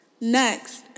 Next